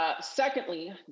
Secondly